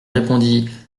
répondit